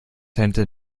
talente